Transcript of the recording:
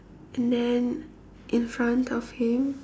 and then in front of him